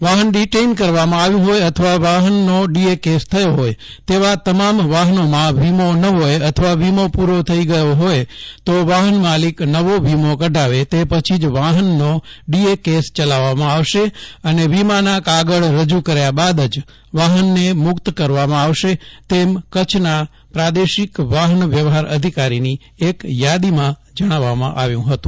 વાહન ડિટેઈન કરવામાં આવ્યું હોય અથવા વાહનનો ડીએ કેસ થયો હોય તેવા તમામ વાહનોમાં વીમો ન હોય અથવા વીમો પૂરો થઈ ગયો હોય તો તેવા વાહનોમાં વાહનમાલિક નવો વીમો કઢાવે તે પછી જ વાહનનો ડીએ કેસ ચલાવવામાં આવશે અને વીમાના કાગળ રજૂ કર્યા બાદ જ વાહનને મુક્ત કરવામાં આવશે તેમ કચ્છના પ્રાદેશિક વાહન વ્યવહાર અધિકારીની એક યાદીમાં જણાવવામાં આવ્યું હતું